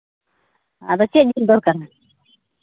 ᱟᱫᱚ ᱪᱮᱫ ᱡᱤᱞ ᱫᱚᱨᱠᱟᱨᱟ